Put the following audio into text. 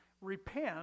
Repent